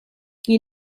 chi